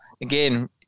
again